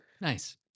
Nice